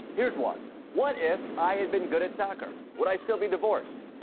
here's what what if i had been good at soccer would i still be divorced.